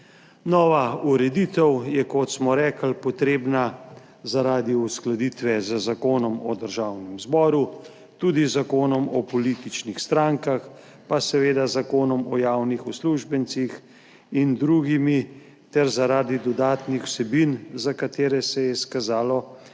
Nova ureditev je, kot smo rekli, potrebna zaradi uskladitve z Zakonom o Državnem zboru, tudi z Zakonom o političnih strankah pa seveda z Zakonom o javnih uslužbencih in z drugimi ter zaradi dodatnih vsebin, za katere se je izkazalo, da